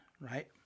right